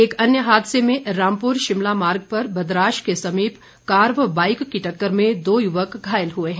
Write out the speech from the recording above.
एक अन्य हादसे में रामपुर शिमला मार्ग पर बदराश के समीप कार व बाईक टक्कर में दो युवक घायल हुए हैं